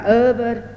over